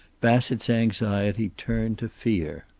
bassett's anxiety turned to fear.